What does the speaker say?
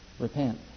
Repent